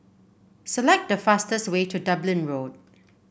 select the fastest way to Dublin Road